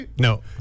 No